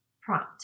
Prompt